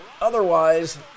otherwise